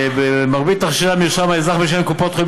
במרבית תכשירי המרשם האזרח משלם לקופת החולים